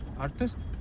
artist?